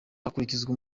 hakurikizwa